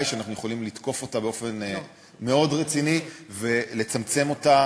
שאנחנו יכולים לתקוף באופן מאוד רציני ולצמצם אותה,